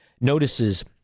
notices